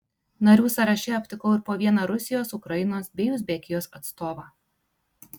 narių sąraše aptikau ir po vieną rusijos ukrainos bei uzbekijos atstovą